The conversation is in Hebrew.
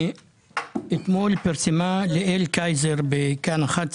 אתמול פרסמה ליאל קייזר בכאן 11